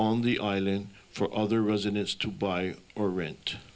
on the island for other residents to buy or rent